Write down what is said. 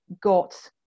got